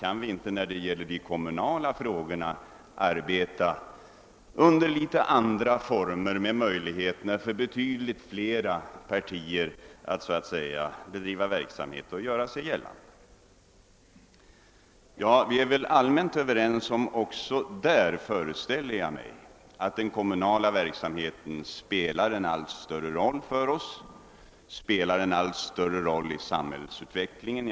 Kan vi inte när det gäller de kommunala frågorna arbeta under litet andra former med möjlighet för betyd ligt fler partier att driva verksamhet och göra sig gällande? Jag föreställer mig att vi allmänt är överens om att den kommunala verksamheten spelar en allt större roll i samhällsutvecklingen.